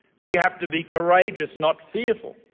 we have to be courageous, not fearful.